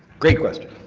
great question.